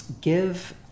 give